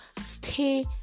stay